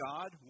God